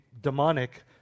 demonic